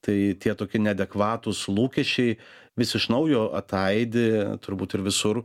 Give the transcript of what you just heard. tai tie toki neadekvatūs lūkesčiai vis iš naujo ataidi turbūt ir visur